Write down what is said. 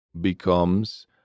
becomes